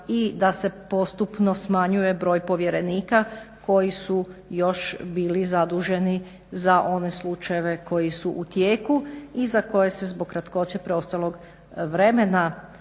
i da se postupno smanjuje broj povjerenika koji su još bili zaduženi za one slučajeve koji su u tijeku i za koje se zbog kratkoće preostalog vremena